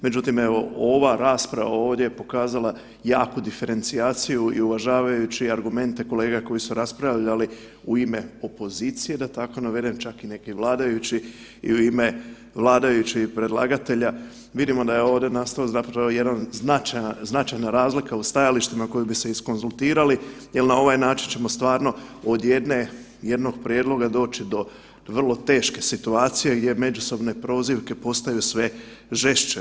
Međutim, evo ova rasprava ovdje je pokazala jaku diferencijaciju i uvažavajući argumente kolega koji su raspravljali u ime opozicije da tako navedem, čak i neki vladajući i u ime vladajućih i predlagatelja vidimo da je ovdje nastao zapravo jedan, jedna značajna razlika u stajalištima koji bi se iskonzultirali jel na ovaj način ćemo stvarno od jedne, jednog prijedloga doći do vrlo teške situacije gdje međusobne prozivke postaju sve žešće.